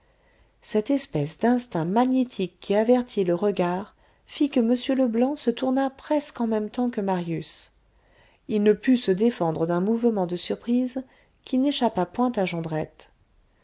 cette espèce d'instinct magnétique qui avertit le regard fit que m leblanc se tourna presque en même temps que marius il ne put se défendre d'un mouvement de surprise qui n'échappa point à jondrette